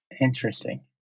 Interesting